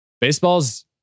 Baseball's